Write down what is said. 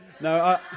No